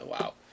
Wow